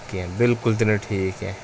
ٹھیٖک کیٚنہہ بِلکُل تِنہٕ ٹھیٖک کیٚنہہ